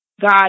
God